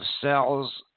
cells